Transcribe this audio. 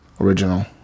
original